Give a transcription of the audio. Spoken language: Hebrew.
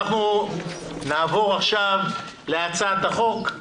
אנחנו נעבור עכשיו להצעת החוק.